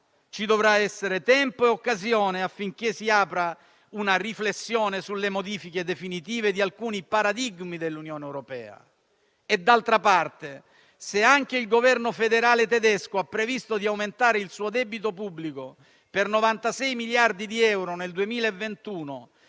Ci dovrà essere tempo ed occasione affinché si apra una riflessione sulle modifiche definitive di alcuni paradigmi dell'Unione europea. D'altra parte, se anche il Governo federale tedesco ha previsto di aumentare il suo debito pubblico per 96 miliardi di euro nel 2021